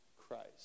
Christ